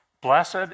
Blessed